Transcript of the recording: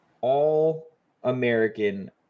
All-American